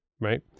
Right